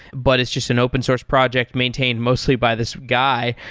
but it's just an open source project maintained mostly by this guy,